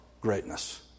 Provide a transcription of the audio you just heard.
greatness